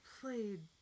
played